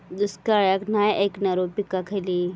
दुष्काळाक नाय ऐकणार्यो पीका खयली?